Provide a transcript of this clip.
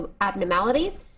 abnormalities